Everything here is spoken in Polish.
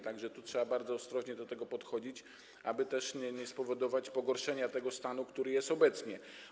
Tak że tu trzeba bardzo ostrożnie do tego podchodzić, aby też nie spowodować pogorszenia tego stanu, który jest obecnie.